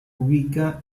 ubica